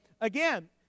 again